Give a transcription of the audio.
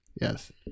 yes